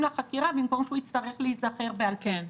לחקירה במקום שהוא יצטרך להיזכר בעל פה.